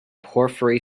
porphyry